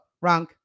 wrong